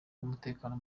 k’umutekano